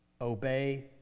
Obey